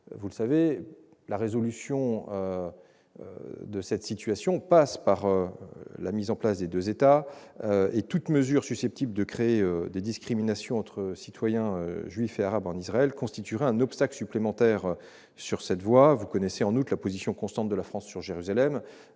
En effet, la résolution de cette situation passe par la mise en place des deux États. Toute mesure susceptible de créer des discriminations entre citoyens juifs et arabes en Israël constituerait un obstacle supplémentaire sur cette voie. Vous connaissez, en outre, la position constante de la France au sujet de Jérusalem.